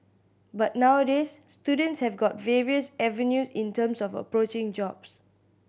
but nowadays students have got various avenues in terms of approaching jobs